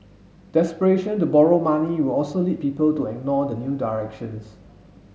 desperation to borrow money will also lead people to ignore the new directions